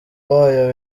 wayo